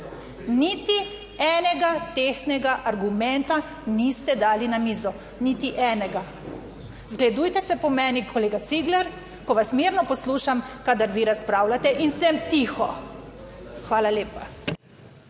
Niti enega tehtnega argumenta niste dali na mizo. Niti enega. Zgledujte se po meni, kolega Cigler, ko vas mirno poslušam kadar vi razpravljate in sem tiho. Hvala lepa.